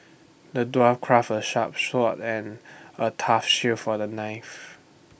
the dwarf craft A sharp sword and A tough shield for the knight